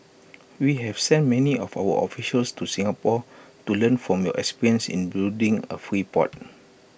we have sent many of our officials to Singapore to learn from your experience in building A free port